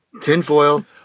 tinfoil